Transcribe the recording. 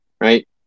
right